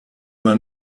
man